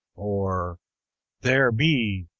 or there be,